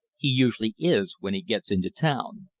he usually is when he gets into town.